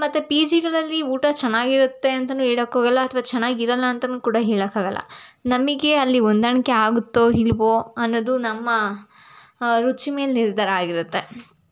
ಮತ್ತು ಪಿ ಜಿಗಳಲ್ಲಿ ಊಟ ಚೆನ್ನಾಗಿರುತ್ತೆ ಅಂತಲೂ ಹೇಳಕ್ಕೋಗಲ್ಲ ಚೆನ್ನಾಗಿರಲ್ಲ ಅಂತಲೂ ಕೂಡ ಹೇಳೋಕಾಗಲ್ಲ ನಮಗೆ ಅಲ್ಲಿ ಹೊಂದಾಣ್ಕೆ ಆಗುತ್ತೋ ಇಲ್ಲವೋ ಅನ್ನೋದು ನಮ್ಮ ರುಚಿ ಮೇಲೆ ನಿರ್ಧಾರ ಆಗಿರುತ್ತೆ